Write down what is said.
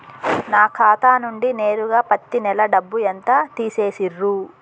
నా ఖాతా నుండి నేరుగా పత్తి నెల డబ్బు ఎంత తీసేశిర్రు?